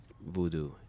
voodoo